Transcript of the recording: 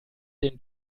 den